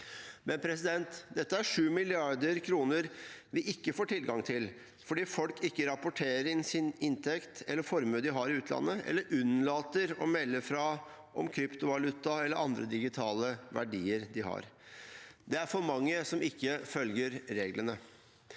er imidlertid 7 mrd. kr vi ikke får tilgang til, fordi folk ikke rapporterer inn inntekt eller formue de har i utlandet, eller de unnlater å melde fra om kryptovaluta eller andre digitale verdier de har. Det er for mange som ikke følger reglene.